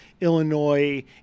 Illinois